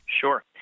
Sure